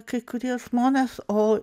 kai kurie žmonės o